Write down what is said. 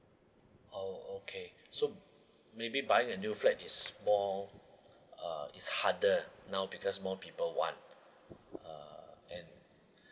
oh okay so maybe buying a new flat is more uh it's harder now because more people want uh and